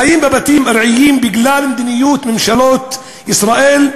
חיים בבתים ארעיים בגלל מדיניות ממשלות ישראל.